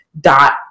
dot